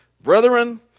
Brethren